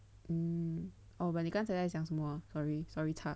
mm orh but 你刚才在讲什么 sorry sorry 插